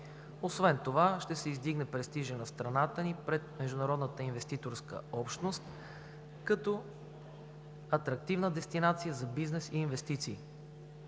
Освен това ще се издигне престижът на страната ни пред международната инвеститорска общност като атрактивна дестинация за бизнес и инвестиции.